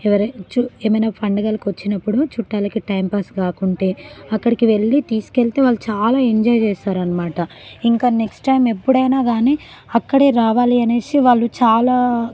ఎవరైనా చు ఏమైనా పండుగలకి వచ్చినపుడు చుట్టాలకి టైంపాస్ కాకుంటే అక్కడి వెళ్ళి తీసుకెళితే వాళ్ళు చాలా ఎంజాయ్ చేస్తారన్నమాట ఇంకా నెక్స్ట్ టైం ఎప్పుడైనా కానీ అక్కడే రావాలి అనేసి వాళ్ళు చాలా